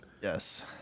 yes